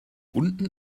unten